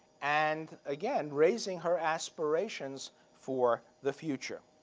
and, again, raising her aspirations for the future.